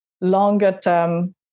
longer-term